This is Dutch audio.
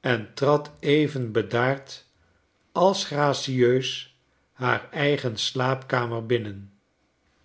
en trad even bedaard als gracieus haar eigen slaapkamer binnen